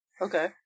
Okay